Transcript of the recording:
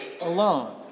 alone